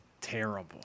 terrible